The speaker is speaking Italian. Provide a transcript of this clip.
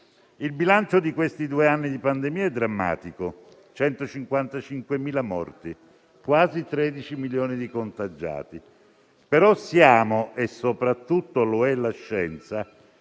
Il bilancio di questi due anni di pandemia è drammatico: 155.000 morti, quasi 13 milioni di contagiati. Però siamo ottimisti - e soprattutto lo è la scienza